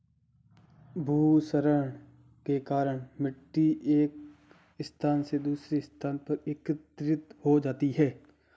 भूक्षरण के कारण मिटटी एक स्थान से दूसरे स्थान पर एकत्रित हो जाती है